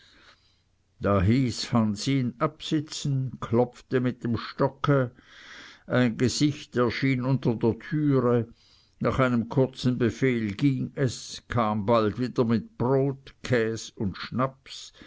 da hieß hans ihn absitzen klopfte mit dem stocke ein gesicht erschien unter der türe nach einem kurzen befehl ging es kam bald wieder mit brot käs und schnaps